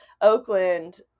Oakland